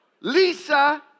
Lisa